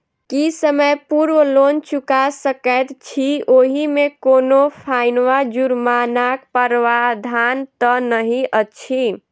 की समय पूर्व लोन चुका सकैत छी ओहिमे कोनो फाईन वा जुर्मानाक प्रावधान तऽ नहि अछि?